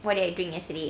what did I drink yesterday